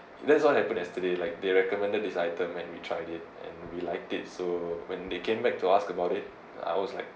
that's what happen yesterday like they recommended this item and we tried it and we liked it so when they came back to ask about it I was like